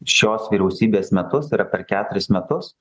šios vyriausybės metus tai yra per keturis metus